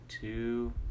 two